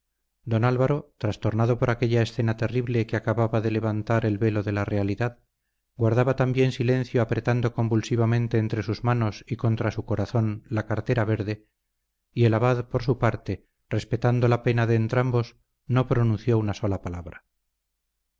don álvaro trastornado por aquella escena terrible que acababa de levantar el velo de la realidad guardaba también silencio apretando convulsivamente entre sus manos y contra su corazón la cartera verde y el abad por su parte respetando la pena de entrambos no pronunció una sola palabra